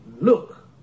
Look